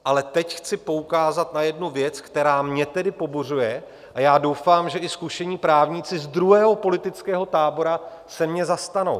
Ale teď chci poukázat na jednu věc, která mě tedy pobuřuje, a já doufám, že i zkušení právníci z druhého politického tábora se mě zastanou.